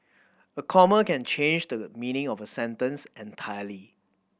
a comma can changes the meaning of a sentence entirely